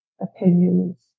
Opinions